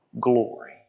glory